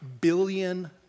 billion